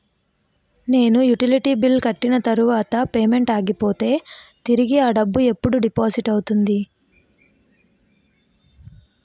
నేను utility bill కట్టిన తర్వాత పేమెంట్ ఆగిపోతే తిరిగి అ డబ్బు ఎప్పుడు డిపాజిట్ అవుతుంది?